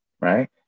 Right